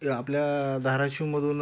आपल्या धाराशिवमधून